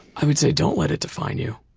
i would say don't let it define you.